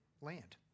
land